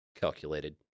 calculated